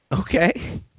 Okay